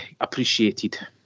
appreciated